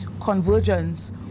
convergence